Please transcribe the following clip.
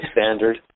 standard